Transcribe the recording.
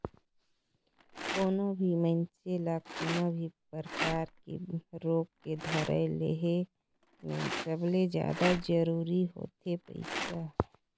कोनो भी मइनसे ल कोनो भी परकार के रोग के धराए ले हे में सबले जादा जरूरी होथे पइसा